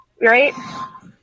right